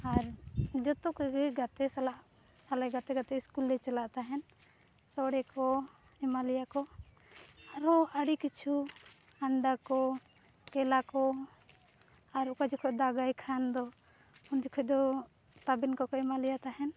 ᱟᱨ ᱡᱚᱛᱚ ᱠᱚᱜᱮ ᱜᱟᱛᱮ ᱥᱟᱞᱟᱜ ᱟᱞᱮ ᱜᱟᱛᱮᱼᱜᱟᱛᱮ ᱤᱥᱠᱩᱞᱼᱞᱮ ᱪᱟᱞᱟᱜ ᱛᱟᱦᱮᱱ ᱥᱳᱲᱮᱠᱚ ᱮᱢᱟᱞᱮᱭᱟ ᱠᱚ ᱟᱨᱚ ᱟᱹᱰᱤ ᱠᱤᱪᱷᱩ ᱟᱱᱰᱟᱠᱚ ᱠᱮᱞᱟᱠᱚ ᱟᱨ ᱚᱠᱟ ᱡᱚᱠᱷᱚᱱ ᱫᱟᱜᱟᱭ ᱠᱷᱟᱱᱫᱚ ᱩᱱ ᱡᱚᱠᱷᱚᱱᱫᱚ ᱛᱟᱵᱮᱱᱠᱚᱠᱚ ᱮᱢᱟᱞᱮᱭᱟ ᱛᱟᱦᱮᱸᱫ